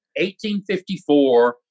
1854